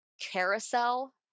carousel